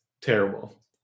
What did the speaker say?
terrible